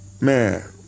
Man